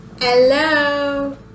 Hello